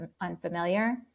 unfamiliar